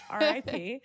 RIP